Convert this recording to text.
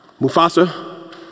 Mufasa